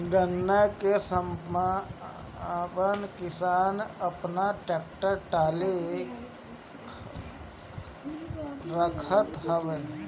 गांव के संपन्न किसान आपन टेक्टर टाली रखत हवे